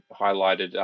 highlighted